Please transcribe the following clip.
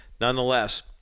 nonetheless